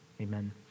Amen